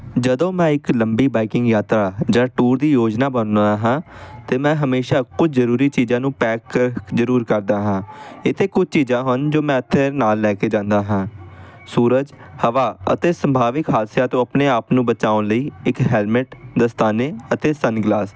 ਜਦੋਂ ਮੈਂ ਇੱਕ ਲੰਬੀ ਬਾਈਕਿੰਗ ਯਾਤਰਾ ਜਾਂ ਟੂਰ ਦੀ ਯੋਜਨਾ ਬਣਾਉਂਦਾ ਹਾਂ ਅਤੇ ਮੈਂ ਹਮੇਸ਼ਾਂ ਕੁਝ ਜ਼ਰੂਰੀ ਚੀਜ਼ਾਂ ਨੂੰ ਪੈਕ ਜ਼ਰੂਰ ਕਰਦਾ ਹਾਂ ਇੱਥੇ ਕੁਝ ਚੀਜ਼ਾਂ ਹਨ ਜੋ ਮੈਂ ਇੱਥੇ ਨਾਲ ਲੈ ਕੇ ਜਾਂਦਾ ਹਾਂ ਸੂਰਜ ਹਵਾ ਅਤੇ ਸੰਭਾਵਿਕ ਹਾਦਸਿਆਂ ਤੋਂ ਆਪਣੇ ਆਪ ਨੂੰ ਬਚਾਉਣ ਲਈ ਇੱਕ ਹੈਲਮਟ ਦਸਤਾਨੇ ਅਤੇ ਸੰਨਗਲਾਸ